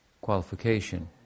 qualification